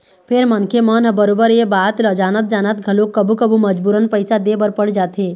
फेर मनखे मन ह बरोबर ये बात ल जानत जानत घलोक कभू कभू मजबूरन पइसा दे बर पड़ जाथे